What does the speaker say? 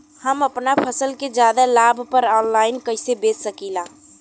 हम अपना फसल के ज्यादा लाभ पर ऑनलाइन कइसे बेच सकीला?